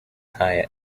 higher